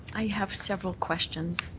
i have several questions.